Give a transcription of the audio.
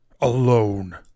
Alone